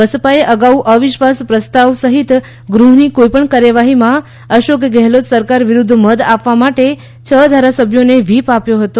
બસપાએ અગાઉ અવિશ્વાસ પ્રસ્તાવ સહિત ગૃહની કોઈપણ કાર્યવાહીમાં અશોક ગેહલોત સરકાર વિરુદ્ધ મત આપવા માટે છ ધારાસભ્યોને વ્હીપ આપ્યો હતો